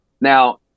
Now